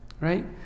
Right